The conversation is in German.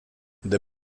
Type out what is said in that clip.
der